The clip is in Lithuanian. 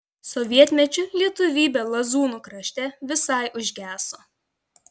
sovietmečiu lietuvybė lazūnų krašte visai užgeso